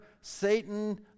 Satan